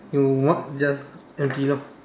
you mark just empty lor